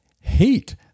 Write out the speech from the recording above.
hate